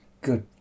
Good